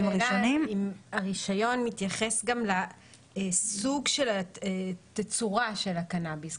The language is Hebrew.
הרישיון מתייחס גם לסוג של התצורה של הקנאביס.